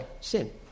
sin